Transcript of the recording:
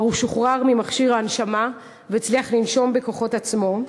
הוא כבר נותק ממכשיר ההנשמה והצליח לנשום בכוחות עצמו.